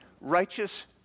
righteous